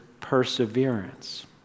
perseverance